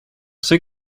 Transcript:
ceux